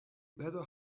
better